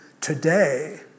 today